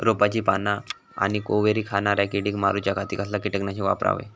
रोपाची पाना आनी कोवरी खाणाऱ्या किडीक मारूच्या खाती कसला किटकनाशक वापरावे?